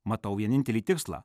matau vienintelį tikslą